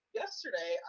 yesterday